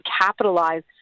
capitalize